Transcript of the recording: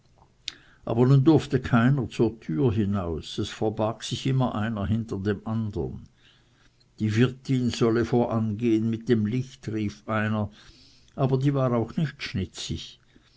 aber nun durfte keiner zuerst zur türe hinaus es verbarg sich immer einer hinter dem andern die wirtin solle voran gehen mit dem licht rief einer aber die war auch nicht schnitzig